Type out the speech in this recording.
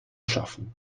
schaffen